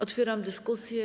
Otwieram dyskusję.